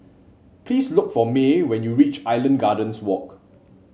please look for May when you reach Island Gardens Walk